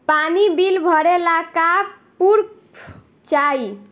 पानी बिल भरे ला का पुर्फ चाई?